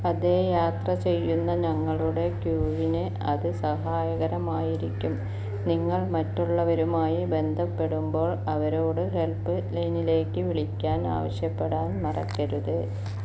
അതെ യാത്ര ചെയ്യുന്ന ഞങ്ങളുടെ ക്യൂവിന് അത് സഹായകരമായിരിക്കും നിങ്ങൾ മറ്റുള്ളവരുമായി ബന്ധപ്പെടുമ്പോൾ അവരോട് ഹെൽപ്പ്ലൈനിലേക്ക് വിളിക്കാൻ ആവശ്യപ്പെടാൻ മറക്കരുത്